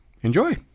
enjoy